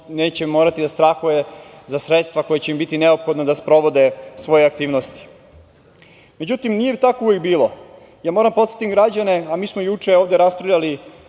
neće morati da strahuje za sredstva koja će im biti neophodna da sprovode svoje aktivnosti.Međutim, nije tako uvek bilo. Ja moram da podsetim građane, mi smo juče, ovde raspravljali